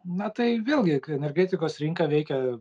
na tai vėlgi kai energetikos rinka veikia